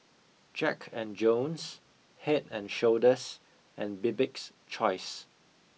Jack and Jones Head and Shoulders and Bibik's Choice